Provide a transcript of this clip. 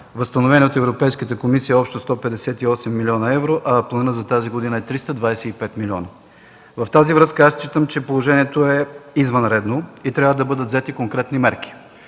възстановени от Европейската комисия общо 158 млн. евро, а планът за тази година е 325 милиона. В тази връзка считам, че положението е извънредно и трябва да бъдат взети конкретни мерки.